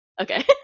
okay